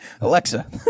Alexa